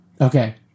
Okay